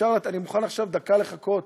אני מוכן עכשיו דקה לחכות,